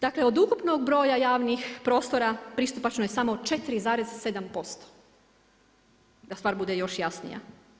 Dakle od ukupnog broja javnih prostora pristupačno je samo 4,7%, da stvar bude još jasnija.